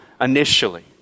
initially